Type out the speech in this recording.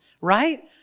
right